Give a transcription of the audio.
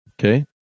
Okay